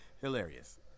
Hilarious